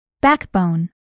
Backbone